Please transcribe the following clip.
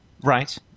Right